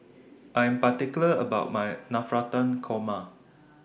I Am particular about My Navratan Korma